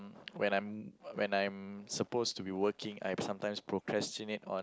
when I'm when I'm supposed to be working I sometimes procrastinate on